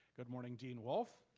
good morning, dean wolff.